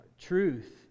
truth